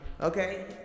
okay